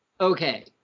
okay